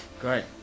great